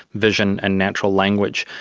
vision and natural language.